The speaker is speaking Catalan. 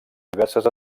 diverses